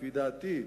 לפי דעתי,